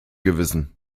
gewissen